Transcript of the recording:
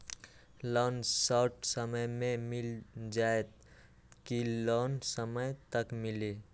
Loan short समय मे मिल जाएत कि लोन समय तक मिली?